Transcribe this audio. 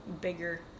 bigger